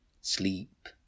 sleep